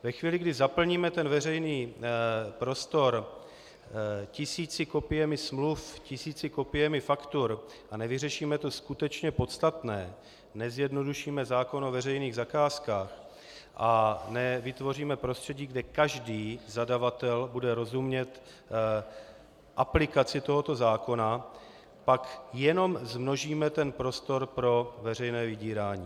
Ve chvíli, kdy zaplníme veřejný prostor tisíci kopiemi smluv, tisíci kopiemi faktur a nevyřešíme to skutečně podstatné, nezjednodušíme zákon o veřejných zakázkách a nevytvoříme prostředí, kde každý zadavatel bude rozumět aplikaci tohoto zákona, pak jenom zmnožíme ten prostor pro veřejné vydírání.